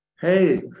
Hey